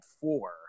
four